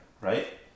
Right